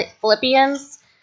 Philippians